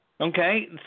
Okay